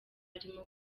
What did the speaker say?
arimo